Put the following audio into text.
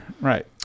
Right